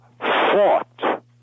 fought